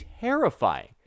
terrifying